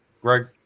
Greg